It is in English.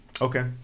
Okay